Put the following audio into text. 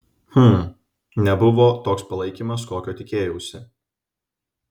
hm nebuvo toks palaikymas kokio tikėjausi